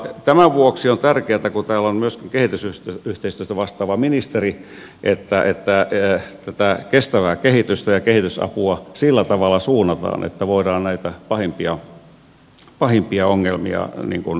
tämän vuoksi on tärkeätä kun täällä on myöskin kehitysyhteistyöstä vastaava ministeri paikalla että tätä kestävää kehitystä ja kehitysapua sillä tavalla suunnataan että voidaan näitä pahimpia ongelmia estää